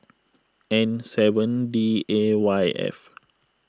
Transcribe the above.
N seven D A Y F